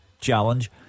challenge